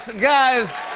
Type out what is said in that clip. guys.